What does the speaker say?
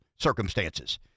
circumstances